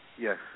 Yes